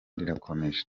rirakomeje